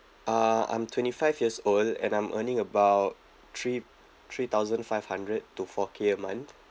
uh I'm twenty five years old and I'm earning about three three thousand five hundred to four K a month